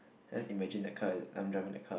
I just imagine that car is I'm driving the car